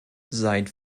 seit